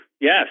yes